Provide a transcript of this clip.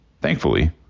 Thankfully